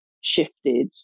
shifted